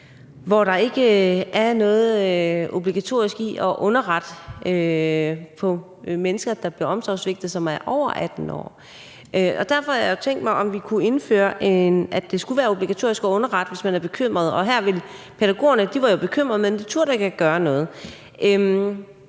hvor det ikke var obligatorisk at underrette nogen om mennesker, der bliver omsorgssvigtet, og som er over 18 år. Derfor har jeg tænkt, at vi kunne indføre, at det skulle være obligatorisk at underrette nogen, hvis man er bekymret. Her var pædagogerne jo bekymrede, men de turde ikke gøre noget.